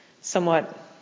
somewhat